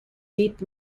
deep